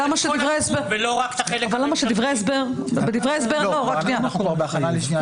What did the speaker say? למה שדברי ההסבר -- אנחנו כבר בהכנה לקריאה שנייה ושלישית.